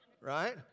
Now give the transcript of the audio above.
Right